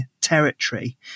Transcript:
territory